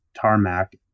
tarmac